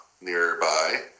nearby